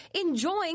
enjoying